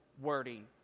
wording